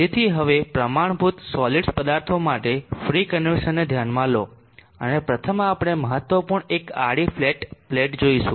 તેથી હવે પ્રમાણભૂત સોલીડ્સ પદાર્થો માટે ફ્રી કન્વેક્શનને ધ્યાનમાં લો અને પ્રથમ આપણે મહત્વપૂર્ણ એક આડી ફ્લેટ પ્લેટ લઈશું